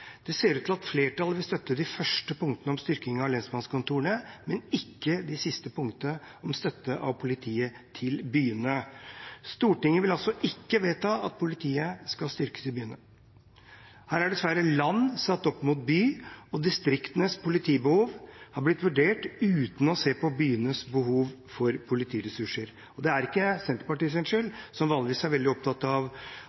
Det ser ut til at flertallet vil støtte de første punktene om styrking av lensmannskontorene, men ikke de siste punktene, om å styrke politiet i byene. Stortinget vil altså ikke vedta at politiet skal styrkes i byene. Her er dessverre land satt opp mot by, og distriktenes politibehov har blitt vurdert uten å se på byenes behov for politiressurser. Og det er ikke